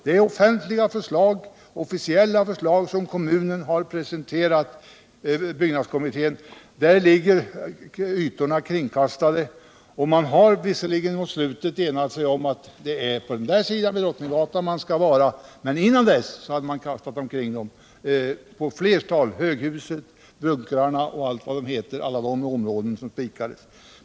Det är officiella och offentliga förslag som kommunen har presenterat för byggnadskommittén. Man har visserligen mot slutet enat sig om vilken sida av Drottninggatan som vi skall vara på, men innan dess hade man spritt ut lokalerna på ett flertal håll, i höghusen, i bunkrarna och allt vad de områden kallas som har spikats.